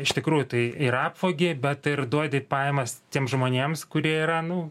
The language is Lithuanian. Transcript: iš tikrųjų tai ir apvogi bet ir duodi pajamas tiems žmonėms kurie yra nu